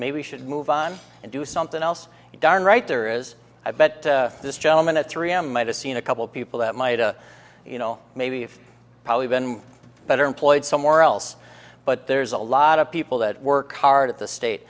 maybe should move on and do something else darn right there is i bet this gentleman at three am might have seen a couple people that might a you know maybe if probably been better employed somewhere else but there's a lot of people that work hard at the state